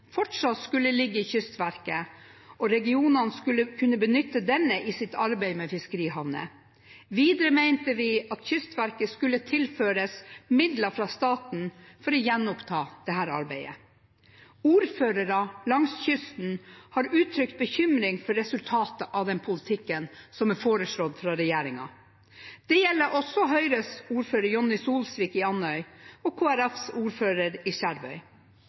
fortsatt skulle ligge i Kystverket, og regionene skulle benytte denne i sitt arbeid med fiskerihavner. Videre mente vi at Kystverket skulle tilføres midler fra staten for å gjenoppta dette arbeidet. Ordførere langs kysten har uttrykt bekymring for resultatet av denne politikken som er foreslått fra regjeringen. Det gjelder også Høyres ordfører Jonni Solsvik i Andøy og Kristelig Folkepartis ordfører i Skjervøy.